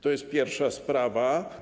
To jest pierwsza sprawa.